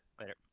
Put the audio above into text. Later